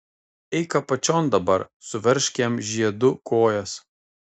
eik apačion dabar suveržk jam žiedu kojas